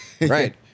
Right